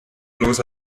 bloß